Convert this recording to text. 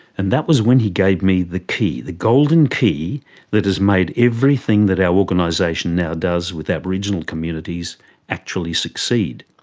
and that was when he gave me the key. the golden key that has made everything that our organisation now does with aboriginal communities actually succeed.